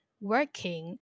working